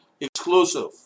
exclusive